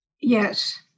yes